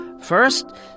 First